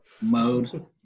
mode